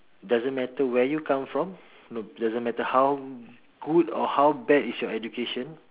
doesn't matter where you come from no doesn't matter how good or how bad is your education